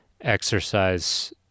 exercise